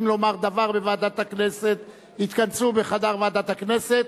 לומר דבר בוועדת הכנסת יתכנסו בחדר ועדת הכנסת,